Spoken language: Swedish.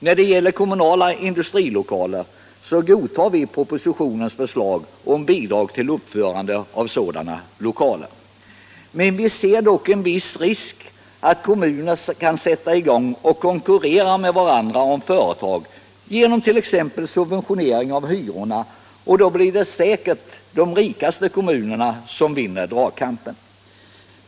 När det gäller kommunala industrilokaler godtar vi propositionens förslag om bidrag till uppförande av sådana. Vi ser dock en viss risk för att olika kommuner kan konkurrera med varandra om företag genom t.ex. subventionering av hyrorna. Då blir det säkert de starkaste kommunerna som vinner dragkampen.